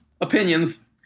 opinions